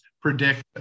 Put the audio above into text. predict